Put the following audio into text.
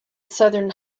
southern